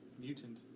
Mutant